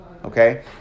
Okay